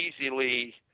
easily